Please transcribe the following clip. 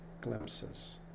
glimpses